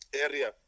area